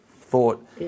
thought